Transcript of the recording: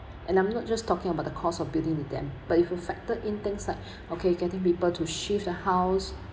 and I'm not just talking about the cost of building the dam but if affected in terms like okay getting people to shift the house